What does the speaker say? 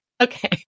okay